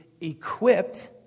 equipped